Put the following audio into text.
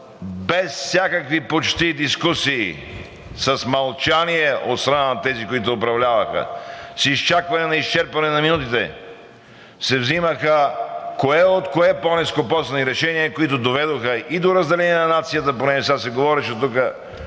без всякакви почти дискусии, с мълчание от страна на тези, които управляваха, с изчакване на изчерпване на минутите, се вземаха кое от кое по-нескопосани решения, които доведоха и до разделение на нацията, понеже сега се говореше тук